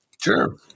Sure